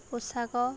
ପୋଷାକ